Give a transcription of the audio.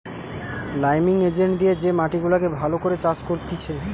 liming agent দিয়ে যে মাটি গুলাকে ভালো করে চাষ করতিছে